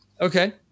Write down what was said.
Okay